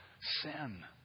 sin